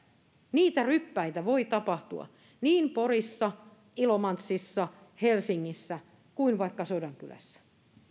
niitä ryppäitä voi tapahtua niin porissa ilomantsissa helsingissä kuin vaikka sodankylässä